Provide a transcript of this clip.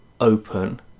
open